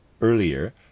Earlier